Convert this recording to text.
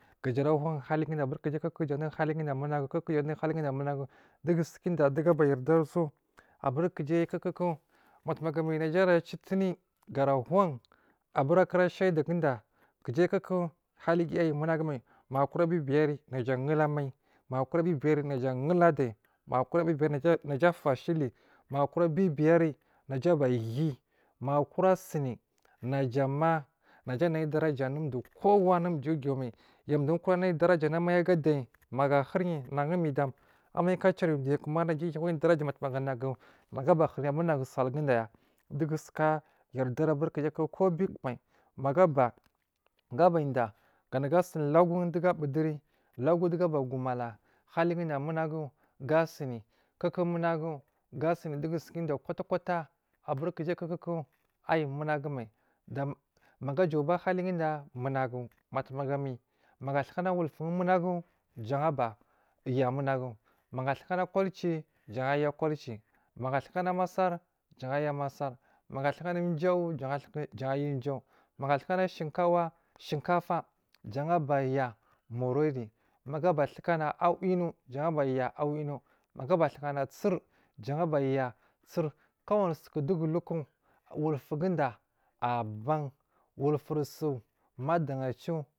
Womunaagu dugu ara bahiri aburi kujai kuku jan du haliguda minagu kukujan du haliguda munagu dugu sukada dugu abayardarisu aburi kojai kuku batuwomagami naja ara citiri gar a hun aburi a kura shi yida guda kujai kuku haliguya ayi munagu mai magukura biyibiyar naja ahul ammai magukura biyi biyar naja ahul ammai magukura biyibiyar naja ahul adan magu kurua biyibiyar na a fashili maguku ra biyibiyar naja ahiyi magukura sini naja ma na ja anai daraja anudowo anu kowa anudayi ugiwa mai, ju dowokura nai daraja anu ammai aga adan mugu ahuriyi nagu run midam ammaku a cariyi duya kuma naja abiyinai daraja mai nagu midam maga abahu ri aburi nagu salguda ya dugu suka yarda ri aburi kuku kowo biku mai maga a bag aba diyya ga sini lagun dowogu a buduri lagu dowogu aba guwo mala haliguda munagu gasi kuku muna sini dugu suka diyya kuta kuta abu ni kujai kuku ayi munagu mai ma ga a jauba haligu munagu matuwo maga mi maga atukana wulfun munagu jan aba ya munagu maga atukana kwalci jan a ya kwal ci maga atukana massar jan aya mossa maga atukana ujawo jan atuka jan aya ujawo maga atawokana shunkawa shinkaf fa abaya morowori maga aba tuwoka nar awinu jan abaya awinu maga aba tuwokana sir jan abaya sir kowani sukudowogu uluku walfu gudo a ban wulfuri su.